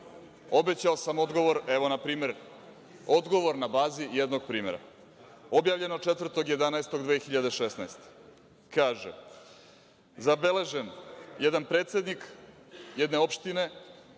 Obećao sam odgovor. Evo, na primer, odgovor na bazi jednog primera, objavljeno 4.11.2016. godine, kaže – zabeležen jedan predsednik jedne opštine